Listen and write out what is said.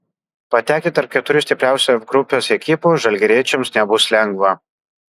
patekti tarp keturių stipriausių f grupės ekipų žalgiriečiams nebus lengva